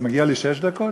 אז מגיעות לי שש דקות?